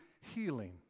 healing